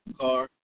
car